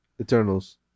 Eternals